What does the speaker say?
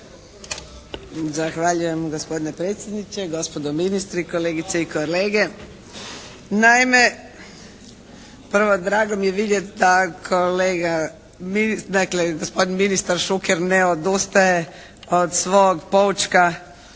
Zahvaljujem gospodine predsjedniče, gospodo ministri, kolegice i kolege. Naime, prvo drago mi je vidjeti da kolega, dakle gospodin ministar Šuker ne odustaje od svog poučka